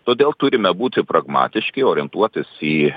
todėl turime būti pragmatiški orientuotis į